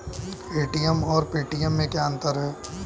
ATM और Paytm में क्या अंतर है?